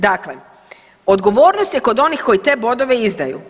Dakle, odgovornost je kod onih koji te bodove izdaju.